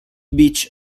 beach